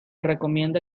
recomienda